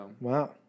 Wow